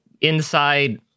inside